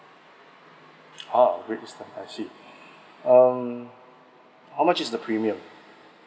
oh great eastern I see um how much is the premium